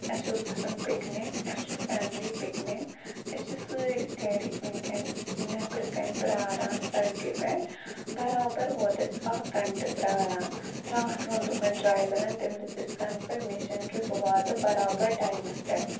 اَسہِ اوس گَژھُن پِکنِک اَسہِ چھُ فیملی پِکنِک أسۍ چھِ سٲری گَرِک وٕنکیٚن نیٚبرٕ کَن پیاران سَڑکہِ پیٚٹھ برابر ووت اَسہ اَکھ گَنٹہٕ پیاران راتھ ووٚن تُہٕنٛدۍ ڈرایورَن تٔمۍ دِژ اَسہِ کَنفٔرمیشَن کہِ بہٕ واتہٕ برابر ٹایمَس پیٚٹھ